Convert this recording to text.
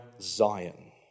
Zion